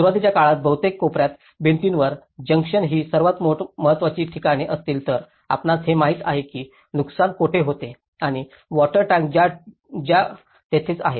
सुरुवातीच्या काळात बहुतेक कोपऱ्यात भिंतींवर जंक्शन ही सर्वात महत्वाची ठिकाणे असतील तर आपणास हे माहित आहे की नुकसान कोठे होते आणि वॉटर टॅंक ज्या तेथेच आहेत